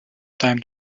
time